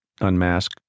unmask